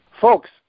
folks